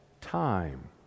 time